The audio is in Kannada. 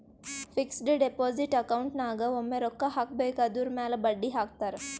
ಫಿಕ್ಸಡ್ ಡೆಪೋಸಿಟ್ ಅಕೌಂಟ್ ನಾಗ್ ಒಮ್ಮೆ ರೊಕ್ಕಾ ಹಾಕಬೇಕ್ ಅದುರ್ ಮ್ಯಾಲ ಬಡ್ಡಿ ಹಾಕ್ತಾರ್